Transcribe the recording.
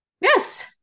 Yes